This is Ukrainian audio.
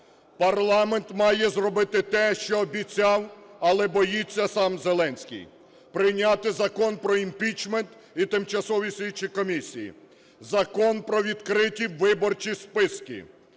Парламент має зробити те, що обіцяв, але боїться сам Зеленський: прийняти закон про імпічмент і Тимчасові слідчі комісії, закон про відкриті виборчі списки,